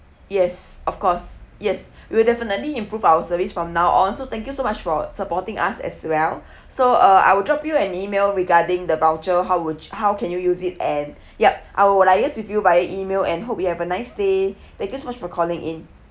yes of course yes we will definitely improve our service from now on so thank you so much for supporting us as well so uh I will drop you an email regarding the voucher how would how can you use it and yup I'll liaise with you via email and hope you have a nice day thank you so much for calling in